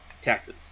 taxes